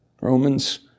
Romans